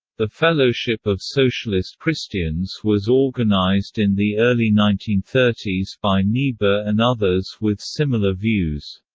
the fellowship of socialist christians was organized in the early nineteen thirty s by niebuhr and others with similar views.